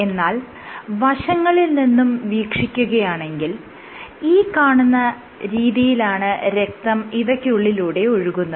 എന്നാൽ വശങ്ങളിൽ നിന്നും വീക്ഷിക്കുകയാണെങ്കിൽ ഈ കാണുന്ന രീതിയിലാണ് രക്തം ഇവയ്ക്കുള്ളിലൂടെ ഒഴുകുന്നത്